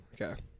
Okay